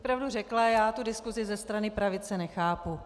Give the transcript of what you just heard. Abych pravdu řekla, já tu diskusi ze strany pravice nechápu.